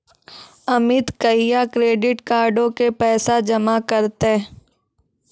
अमित कहिया क्रेडिट कार्डो के पैसा जमा करतै?